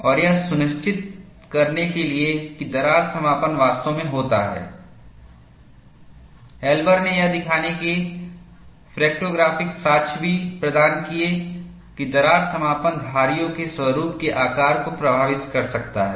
और यह सुनिश्चित करने के लिए कि दरार समापन वास्तव में होता है एल्बर ने यह दिखाने के लिए फ्रैक्चरोग्राफिक साक्ष्य भी प्रदान किए कि दरार समापन धारियों के स्वरूप के आकार को प्रभावित कर सकता है